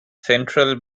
central